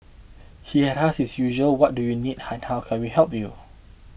he had asked his usual what do you need we help you